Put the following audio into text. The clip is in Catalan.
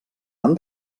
han